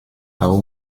auch